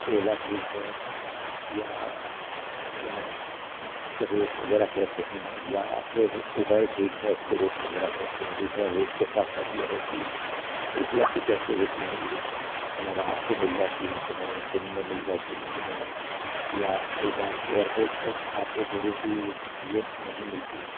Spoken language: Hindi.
ओला ठीक है या यानी उसके रेटस वगैरह कैसे है या फिर ऊबर ठीक है उसके रेटस वगैरह कैसे है दूसरा रेट के साथ साथ यह है कि उपलब्ध कैसे होती है ये यानी रात को मिल जाती है कि नहीं दिन मे मिल जाती है कि नहीं या कई बार एयरपोर्ट पे आप देखोगे की ये नहीं मिलती है